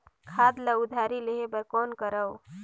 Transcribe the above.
खाद ल उधारी लेहे बर कौन करव?